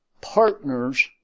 partners